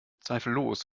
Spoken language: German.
zweifellos